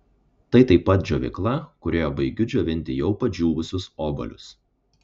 tai taip pat džiovykla kurioje baigiu džiovinti jau padžiūvusius obuolius